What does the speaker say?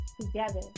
together